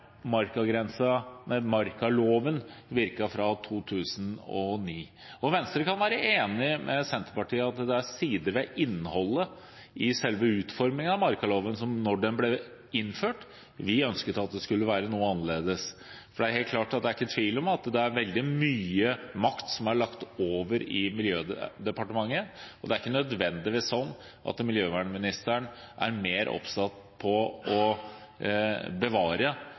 enig med Senterpartiet i at det var sider ved innholdet i selve utformingen av markaloven da den ble innført, som vi ønsket skulle være noe annerledes. For det er ikke tvil om at det er veldig mye makt som er lagt over i Miljødepartementet, og det er ikke nødvendigvis sånn at miljøministeren er mer oppsatt på å bevare